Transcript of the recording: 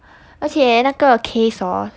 而且那个 case orh